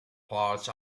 parts